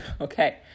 okay